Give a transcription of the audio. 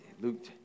Luke